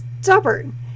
stubborn